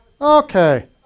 Okay